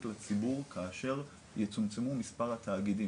לציבור כאשר יצומצמו מספר התאגידים.